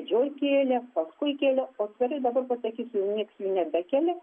jau kėlė paskui kėlė o dabar pasakysiu nieks jų nebekelia